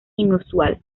inusual